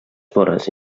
vores